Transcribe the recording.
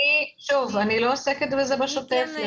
אני לא עוסקת בזה בשוטף.